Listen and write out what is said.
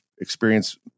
experience